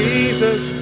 Jesus